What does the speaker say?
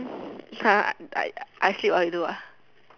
ya I die duck I sleep while you do ah